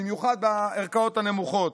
במיוחד בערכאות הנמוכות.